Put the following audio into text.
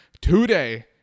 today